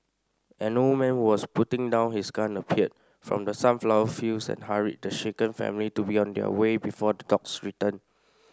an old man who was putting down his gun appeared from the sunflower fields and hurried the shaken family to be on their way before the dogs return